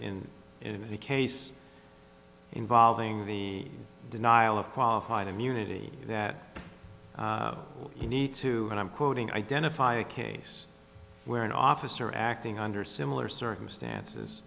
s in a case involving the denial of qualified immunity that you need to and i'm quoting identify a case where an officer acting under similar circumstances